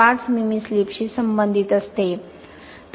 5 मिमी स्लिपशी संबंधित असते